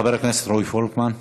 חבר הכנסת רועי פולקמן.